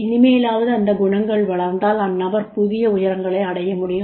இனிமேலாவது அந்த குணங்கள் வளர்ந்தால் அந்நபர் புதிய உயரங்களை அடைய முடியும்